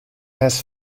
has